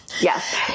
Yes